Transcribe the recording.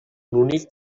únic